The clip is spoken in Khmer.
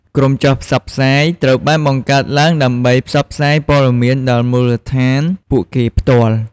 ក្រុមចុះផ្សព្វផ្សាយ ត្រូវបានបង្កើតឡើងដើម្បីផ្សព្វផ្សាយព័ត៌មានដល់មូលដ្ឋានពួកគេផ្ទាល់។